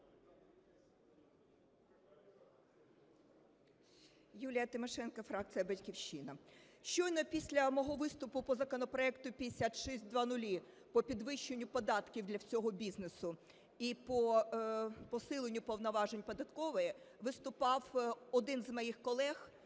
Юлія Тимошенко, фракція "Батьківщина".